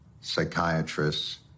psychiatrists